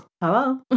hello